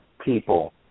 People